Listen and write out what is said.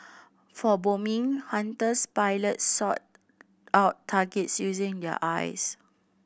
for bombing Hunter's pilots sought out targets using their eyes